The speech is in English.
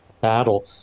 battle